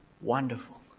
wonderful